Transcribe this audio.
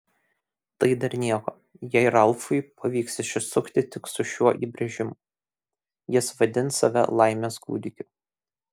tai dar nieko jei ralfui pavyks išsisukti tik su šiuo įbrėžimu jis vadins save laimės kūdikiu